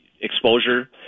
exposure